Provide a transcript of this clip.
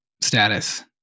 status